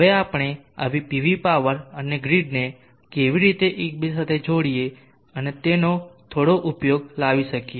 હવે આપણે આવી પીવી પાવર અને ગ્રીડને કેવી રીતે એકબીજા સાથે જોડીએ અને તેનો થોડો ઉપયોગ લાવી શકીએ